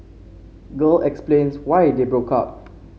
girl explains why they broke up